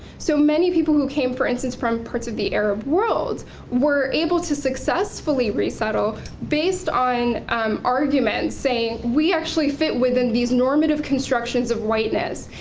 so many people who came for instance from parts of the arab world were able to successfully resettle based on arguments saying we actually fit within these normative constructions of whiteness,